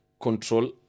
control